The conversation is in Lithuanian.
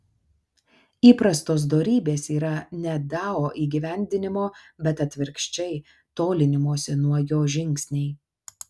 įprastos dorybės yra ne dao įgyvendinimo bet atvirkščiai tolinimosi nuo jo žingsniai